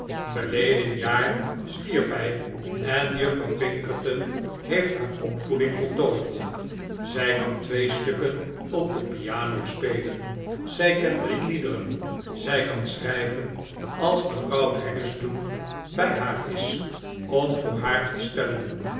verleden jaar stierf hij en juffrouw pinkerton heeft haar opvoeding voltooid zij kan twee stukken op de piano spelen zij kent drie liederen zij kan schrijven als mevrouw haggistoun bij haar is om voor haar te spellen